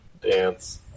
dance